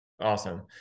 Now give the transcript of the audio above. Awesome